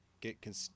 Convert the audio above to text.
get